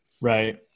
Right